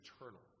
eternal